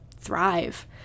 thrive